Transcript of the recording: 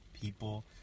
people